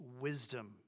wisdom